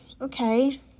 Okay